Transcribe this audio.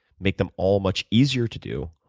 make them all much easier to do,